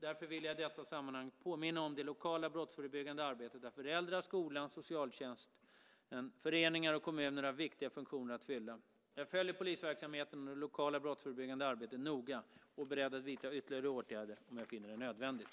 Därför vill jag i detta sammanhang påminna om det lokala brottsförebyggande arbetet där föräldrar, skolan, socialtjänsten, föreningar och kommunerna har viktiga funktioner att fylla. Jag följer polisverksamheten och det lokala brottsförebyggande arbetet noga och är beredd att vidta ytterligare åtgärder om jag finner det nödvändigt.